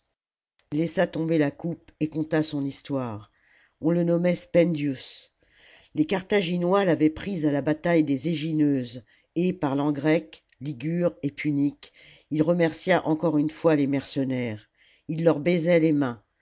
laissa tomber la coupe et conta son histoire on le nommait spendius les carthagmois l'avaient pris à la bataille des egineuses et parlant grec ligure et punique il remercia encore une fois les mercenaires il leur baisait les mains